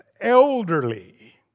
elderly